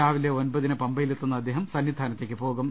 രാവിലെ ഒൻപതിന് പമ്പയിലെത്തുന്ന അദ്ദേഹം സന്നിധാനത്തേക്ക് പോകും